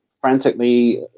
frantically